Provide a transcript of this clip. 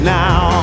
now